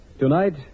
Tonight